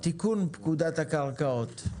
תיקון פקודת הקרקעות.